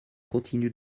continue